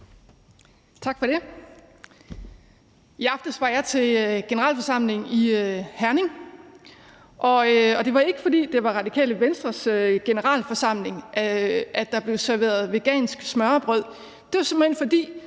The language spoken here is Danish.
Tak for det. I aftes var jeg til generalforsamling i Herning. Og det var ikke, fordi det var Radikale Venstres generalforsamling, at der blev serveret vegansk smørrebrød; det var simpelt hen, fordi